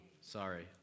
Sorry